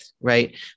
right